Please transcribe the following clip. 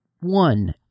one